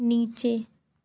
नीचे